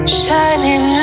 shining